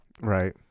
Right